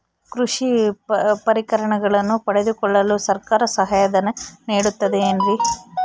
ಕೃಷಿ ಪರಿಕರಗಳನ್ನು ಪಡೆದುಕೊಳ್ಳಲು ಸರ್ಕಾರ ಸಹಾಯಧನ ನೇಡುತ್ತದೆ ಏನ್ರಿ?